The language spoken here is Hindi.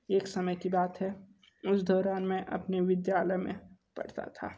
एक समय की बात है उस दौरान मैं अपने विद्यालय में पढ़ता था